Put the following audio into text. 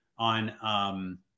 on